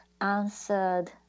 answered